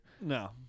No